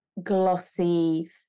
glossy